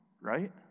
right